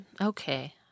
Okay